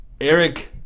Eric